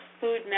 food